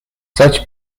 such